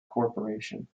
corporation